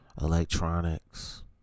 electronics